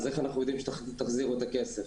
איך נדע שתחזירו את הכסף?